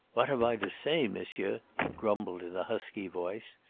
what have i to say, monsieur? he grumbled in a husky voice.